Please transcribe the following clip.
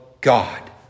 God